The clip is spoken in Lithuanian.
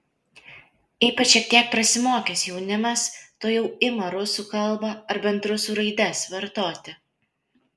ypač šiek tiek prasimokęs jaunimas tuojau ima rusų kalbą ar bent rusų raides vartoti